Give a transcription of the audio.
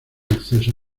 acceso